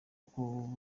aho